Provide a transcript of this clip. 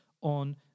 on